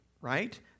right